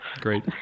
Great